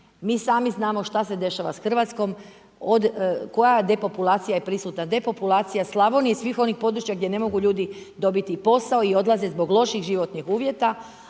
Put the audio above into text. Mi sami znamo što se dešava s Hrvatskom, od, koja depopulacija je prisutna, depopulacija Slavonije i svih onih područja gdje ne mogu ljudi dobiti posao i odlaze zbog loših životnih uvjeta